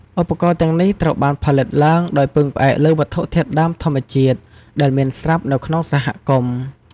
ឧបករណ៍ទាំងនេះត្រូវបានផលិតឡើងដោយពឹងផ្អែកលើវត្ថុធាតុដើមធម្មជាតិ ដែលមានស្រាប់នៅក្នុងសហគមន៍។